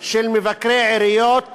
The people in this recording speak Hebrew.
של מבקרי עיריות